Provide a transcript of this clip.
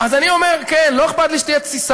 אז אני אומר: כן, לא אכפת לי שתהיה תסיסה.